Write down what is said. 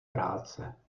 práce